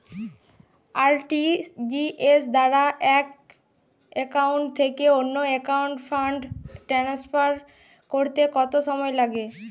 RTGS দ্বারা এক account থেকে অন্য একাউন্টে ফান্ড ট্রান্সফার করতে কত সময় লাগে?